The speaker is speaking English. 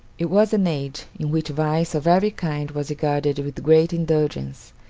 it was an age in which vice of every kind was regarded with great indulgence,